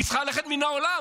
היא צריכה ללכת מן העולם,